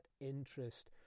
interest